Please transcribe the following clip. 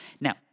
Now